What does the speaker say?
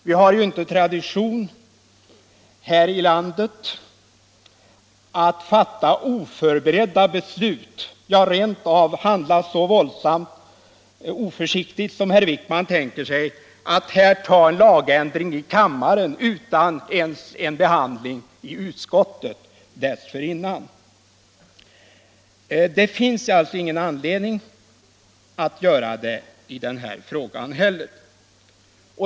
Vi har ju inte som tradition här i landet att fatta oförberedda beslut. Vi brukar inte handla så våldsamt oförsiktigt som herr Wijkman tänker sig, när han föreslår att riksdagen skall göra en lagändring utan att frågan dessförinnan har behandlats i utskottet. Det finns alltså ingen anledning att göra det i den här frågan heller.